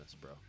bro